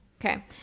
Okay